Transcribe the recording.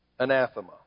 Anathema